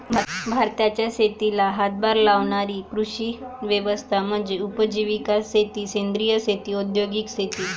भारताच्या शेतीला हातभार लावणारी कृषी व्यवस्था म्हणजे उपजीविका शेती सेंद्रिय शेती औद्योगिक शेती